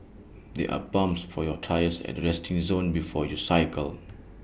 there are pumps for your tyres at the resting zone before you cycle